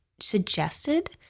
suggested